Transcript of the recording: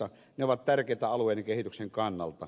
ne ovat tärkeitä alueiden kehityksen kannalta